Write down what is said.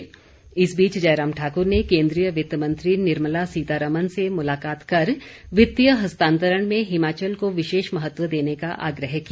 सीतारामन इस बीच जयराम ठाकुर ने केन्द्रीय वित्त मंत्री निर्मला सीतारामन से मुलाकात कर वित्तीय हस्तांतरण में हिमाचल को विशेष महत्व देने का आग्रह किया